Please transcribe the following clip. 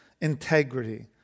Integrity